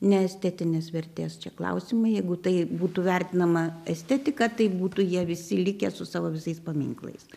ne estetinės vertės čia klausimai jeigu tai būtų vertinama estetika tai būtų jie visi likę su savo visais paminklais